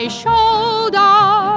shoulder